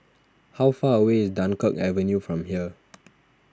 how far away is Dunkirk Avenue from here